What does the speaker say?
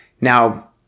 Now